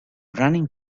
running